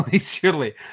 surely